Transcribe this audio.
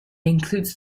includes